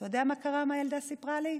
אתה יודע מה קרה, מה הילדה סיפרה לי?